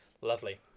lovely